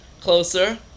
Closer